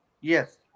yes